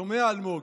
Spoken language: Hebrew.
שומע, אלמוג?